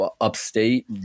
upstate